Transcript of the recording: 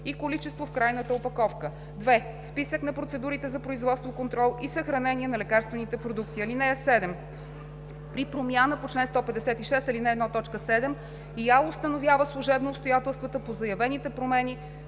и количество в крайната опаковка; 2. списък на процедурите за производство, контрол и съхранение на лекарствените продукти. (7) При промяна по чл. 156, ал. 1, т. 7 ИАЛ установява служебно обстоятелствата по заявените промени